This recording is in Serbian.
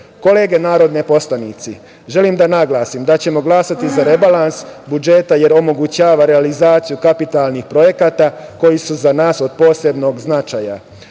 narodni poslanici, želim da naglasim da ćemo glasati za rebalans budžeta, jer omogućava realizaciju kapitalnih projekata koji su za nas od posebnog značaja.